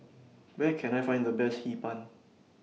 Where Can I Find The Best Hee Pan